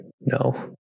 no